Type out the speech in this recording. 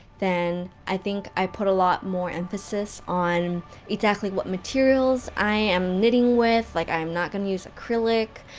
then, i think i put a lot more emphasis on exactly what materials i am knitting with like i am not gonna use acrylic,